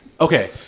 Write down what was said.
Okay